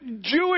Jewish